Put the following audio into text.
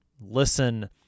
listen